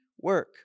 work